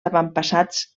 avantpassats